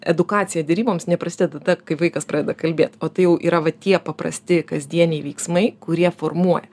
edukacija deryboms neprasideda tada kai vaikas pradeda kalbėt o tai jau yra va tie paprasti kasdieniai veiksmai kurie formuoja